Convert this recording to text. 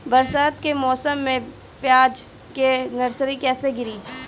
बरसात के मौसम में प्याज के नर्सरी कैसे गिरी?